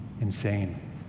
insane